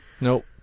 Nope